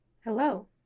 Hello